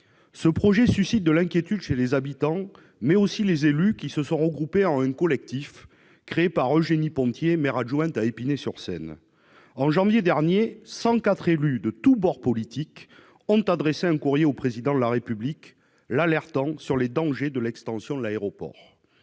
Ce projet suscite de l'inquiétude chez les habitants comme chez les élus. Ces derniers se sont regroupés en un collectif créé par Eugénie Ponthier, maire adjointe d'Épinay-sur-Seine. En janvier dernier, 104 élus de tous bords politiques ont adressé un courrier au Président de la République pour l'alerter sur les dangers de l'extension de l'aéroport.